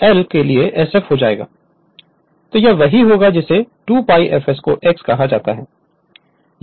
तो यह वही होगा जिसे 2 pi f s को x कहा जाता है